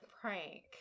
prank